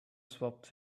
swapped